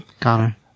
Connor